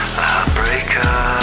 heartbreaker